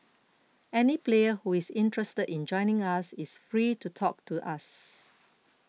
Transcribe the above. any player who is interested in joining us is free to talk to us